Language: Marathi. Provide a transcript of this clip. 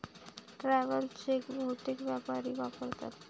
ट्रॅव्हल चेक बहुतेक व्यापारी वापरतात